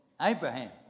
Abraham